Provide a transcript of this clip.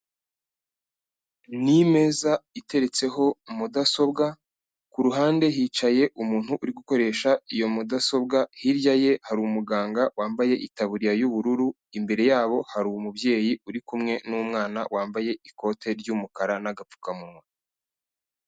Ni imeza iteretseho mudasobwa, kuhande hicaye umuntu uri gukoresha iyo mudasobwa. Hirya ye hari umuganga wambaye itaburiya y'ubururu, imbere yabo hari umubyeyi uri kumwe n'umwana wambaye ikote ry'umukara n'agapfukamunwa.